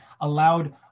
allowed